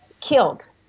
killed